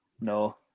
No